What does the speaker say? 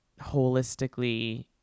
holistically